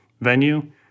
venue